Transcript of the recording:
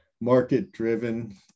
market-driven